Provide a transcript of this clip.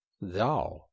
thou